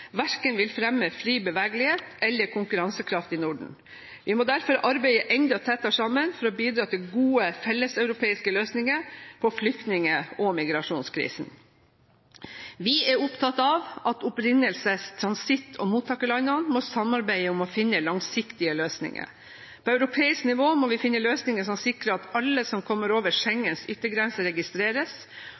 verken vil fremme fri bevegelighet eller konkurransekraft i Norden. Vi må derfor arbeide enda tettere sammen for å bidra til gode felleseuropeiske løsninger på flyktning- og migrasjonskrisen. Vi er opptatt av at opprinnelses-, transitt- og mottakerlandene må samarbeide om å finne langsiktige løsninger. På europeisk nivå må vi finne løsninger som sikrer at alle som kommer over Schengens yttergrenser, registreres,